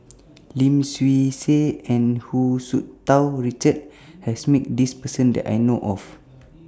Lim Swee Say and Hu Tsu Tau Richard has Met This Person that I know of